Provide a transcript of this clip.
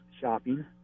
shopping